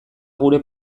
gure